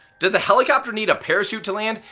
does a helicopter need a parachute to land?